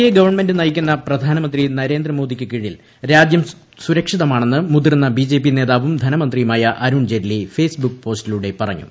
A government നയിക്കുന്ന പ്രധാനമന്ത്രി നരേന്ദ്രമോദിക്കു കീഴിൽ രാജ്യം സുരക്ഷിതമാണെന്ന് മുതിർന്ന ബിജെപി നേതാവും ധനമന്ത്രിയുമായ അരുൺ ജെയ്റ്റ്ലി ഫേസ് ബുക്ക് പോസ്റ്റിലൂടെ പറഞ്ഞു